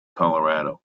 colorado